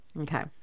okay